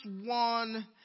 one